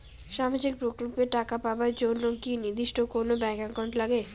সামাজিক প্রকল্পের টাকা পাবার জন্যে কি নির্দিষ্ট কোনো ব্যাংক এর একাউন্ট লাগে?